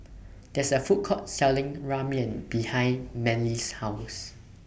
There IS A Food Court Selling Ramyeon behind Manley's House